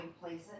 places